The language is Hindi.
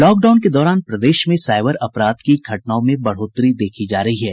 लॉकडाउन के दौरान प्रदेश में साईबर अपराध की घटनाओं में बढ़ोतरी देखी जा रही है